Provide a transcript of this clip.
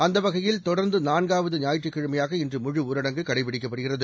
அந்த வகையில் தொடர்ந்து நான்காவது ஞாயிற்றுக்கிழமையாக இன்று முழுஊரடங்கு கடைபிடிக்கப்படுகிறது